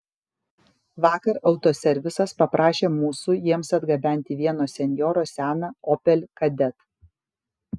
vakar autoservisas paprašė mūsų jiems atgabenti vieno senjoro seną opel kadett